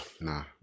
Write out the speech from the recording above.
nah